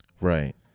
Right